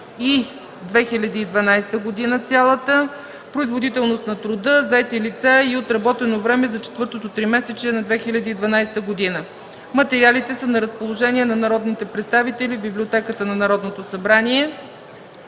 и 2012 г.; производителност на труда; заети лица и отработено време за четвъртото тримесечие на 2012 г. Материалите са на разположение на народните представители в Библиотеката на Народното събрание.